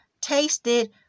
tasted